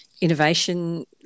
innovation